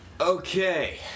Okay